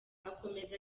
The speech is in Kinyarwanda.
akomeza